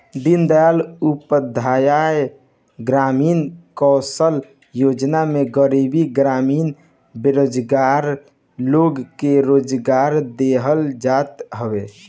दीनदयाल उपाध्याय ग्रामीण कौशल्य योजना में गरीब ग्रामीण बेरोजगार लोग को रोजगार देहल जात हवे